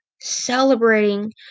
celebrating